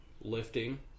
lifting